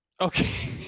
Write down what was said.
Okay